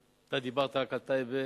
אתה דיברת על רק על טייבה,